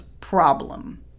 problem